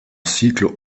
cycle